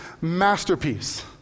masterpiece